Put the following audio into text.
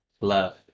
love